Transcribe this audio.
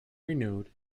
renewed